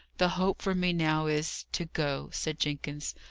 the hope for me now is, to go, said jenkins.